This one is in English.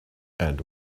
and